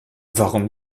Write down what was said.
warum